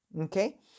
okay